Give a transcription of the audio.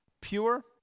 pure